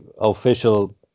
official